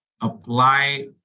apply